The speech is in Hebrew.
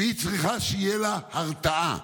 וצריכה להיות לה הרתעה,